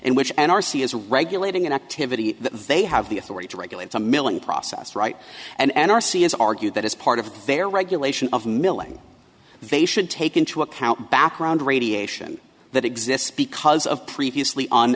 in which n r c is regulating an activity that they have the authority to regulate some milling process right and n r c has argued that as part of their regulation of milling they should take into account background radiation that exists because of previously on